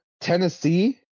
Tennessee